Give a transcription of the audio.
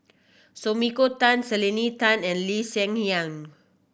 Sumiko Tan Selena Tan and Lee Hsien Yang